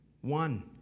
One